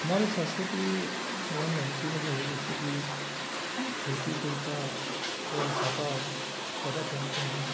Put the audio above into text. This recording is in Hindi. हमारे संस्कृति एम पी में जो है जैसे कि धोती कुर्ता और साफा ज्यादा पहनते हैं